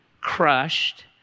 crushed